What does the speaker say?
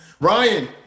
Ryan